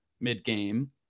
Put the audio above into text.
mid-game